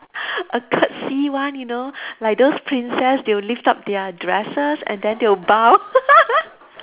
a curtsy one you know like those princess they will lift up their dresses and then they will bow